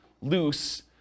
loose